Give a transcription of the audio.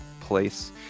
place